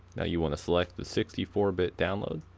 now you want to select the sixty four bit download,